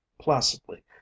placidly